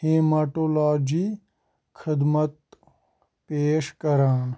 haematology خدمت پیش کَران